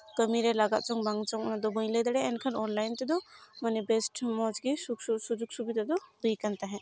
ᱠᱟᱹᱢᱤᱨᱮ ᱞᱟᱜᱟᱜ ᱪᱚᱰᱝ ᱵᱟᱝ ᱪᱚᱝ ᱵᱟᱹᱧ ᱞᱟᱹᱭ ᱫᱟᱲᱮᱭᱟᱜᱼᱟ ᱮᱱᱠᱷᱟᱱ ᱚᱱᱞᱭᱤᱱ ᱛᱮᱫᱚ ᱢᱟᱱᱮ ᱵᱮᱥ ᱢᱚᱡᱽᱜᱮ ᱥᱩᱡᱳᱜᱽ ᱥᱩᱵᱤᱫᱷᱟ ᱫᱚ ᱦᱩᱭ ᱠᱟᱱ ᱛᱟᱦᱮᱸᱫ